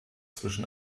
zwischen